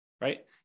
right